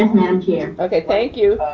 and madam chair. okay, thank you.